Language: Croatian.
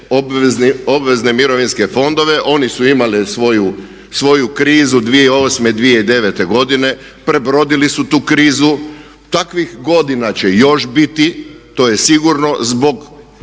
obvezne mirovinske fondove, oni su imali svoju krizu 2008., 2009. godine, prebrodili su tu krizu. Takvih godina će još biti, to je sigurno zbog